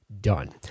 done